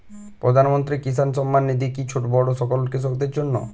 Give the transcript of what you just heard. প্রধানমন্ত্রী কিষান সম্মান নিধি কি ছোটো বড়ো সকল কৃষকের জন্য?